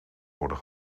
worden